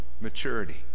maturity